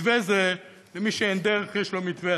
מתווה זה, מי שאין לו דרך, יש לו מתווה.